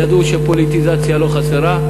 ידעו שפוליטיזציה לא חסרה.